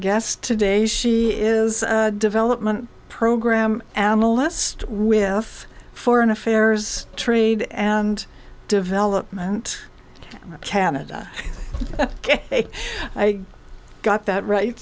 guest today she is development program analyst with foreign affairs trade and development canada i got that right